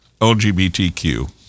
LGBTQ